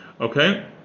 Okay